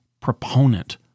proponent